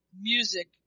music